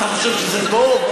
אתה חושב שזה טוב?